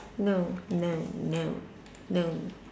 no no no no